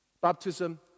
Baptism